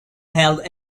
held